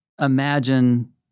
imagine